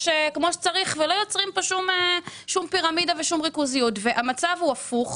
מאוד שאלות גם בנוגע לחוק הריכוזיות וגם לגבי